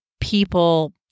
people